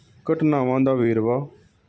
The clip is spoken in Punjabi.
ਘਟਨਾਵਾਂ ਦਾ ਵੇਰਵਾ